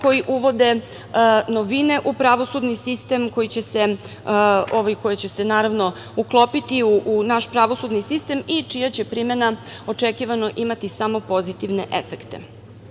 koji uvode novine u pravosudni sistem koji će se naravno uklopiti u naš pravosudni sistem i čija će primena očekivano imati samo pozitivne efekte. Dalje,